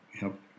help